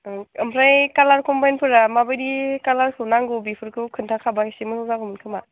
ओं ओमफ्राय कालार कम्बाइनफोरा माबायदि कालारखौ नांगौ बेफोरखौ खिन्थाखाबा इसे मोजां जागौमोन खोमा